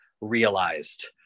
realized